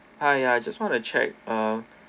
hi I just want to check uh